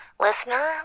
Listener